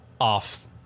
off